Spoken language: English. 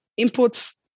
inputs